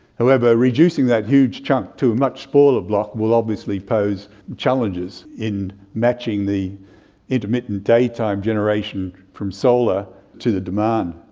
however, reducing that huge chunk to a much smaller block will obviously pose challenges in matching the intermittent day-time generation from solar to the demand.